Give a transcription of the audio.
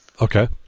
Okay